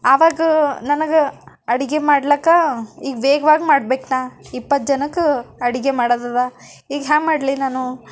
ಆವಾಗ ನನಗೆ ಅಡುಗೆ ಮಾಡ್ಲಿಕ್ಕೆ ಈಗ ವೇಗವಾಗಿ ಮಾಡಬೇಕು ನಾ ಇಪ್ಪತ್ತು ಜನಕ್ಕೆ ಅಡುಗೆ ಮಾಡೋದಿದೆ ಈಗ ಹ್ಯಾಂಗ ಮಾಡಲಿ ನಾನು